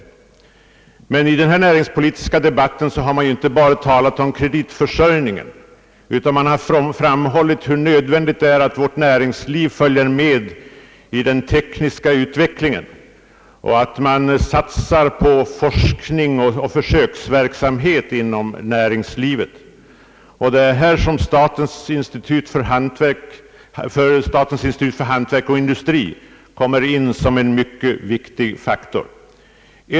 I den näringspolitiska debatten har det emellertid inte bara talats om kreditförsörjning, utan man har framhållit hur nödvändigt det är att vårt näringsliv följer med i den tekniska utvecklingen, att man satsar på forskning och försöksverksamhet inom näringslivet. Det är här som statens institut för hantverk och industri kommer in som en mycket viktig faktor.